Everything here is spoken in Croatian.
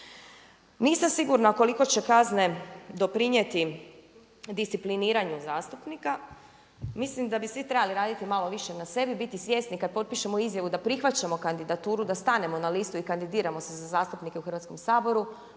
Nisam sigurna koliko će kazne doprinijeti discipliniranju zastupnika. Mislim da bi svi trebali raditi malo više na sebi, biti svjesni kada potpišemo izjavu da prihvaćamo kandidaturu, da stanemo na listu i kandidiramo se za zastupnike u Hrvatskom saboru